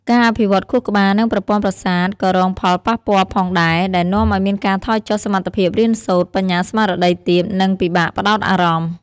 ការអភិវឌ្ឍខួរក្បាល និងប្រព័ន្ធប្រសាទក៏រងផលប៉ះពាល់ផងដែរ ដែលនាំឱ្យមានការថយចុះសមត្ថភាពរៀនសូត្រ បញ្ញាស្មារតីទាប និងពិបាកផ្តោតអារម្មណ៍។